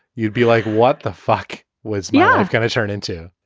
you'd be like, what the fuck was yeah going to turn into?